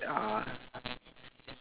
uh